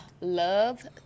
Love